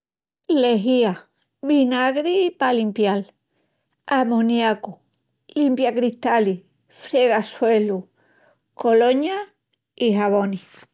Lexía, vinagri p'alimpial, amoniacu, limpiacristalis, fregasuelus, coloñas, xabonis.